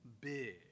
big